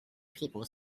people